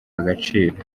agaciro